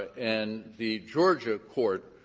and the georgia court,